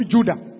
Judah